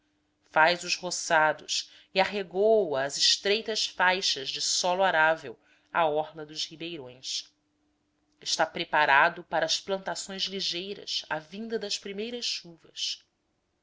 faz os roçados e arregoa as estreitas faixas de solo arável à orla dos ribeirões está preparado para as plantações ligeiras à vinda das primeiras chuvas